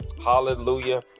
hallelujah